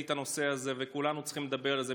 את הנושא הזה וכולנו צריכים לדבר על זה.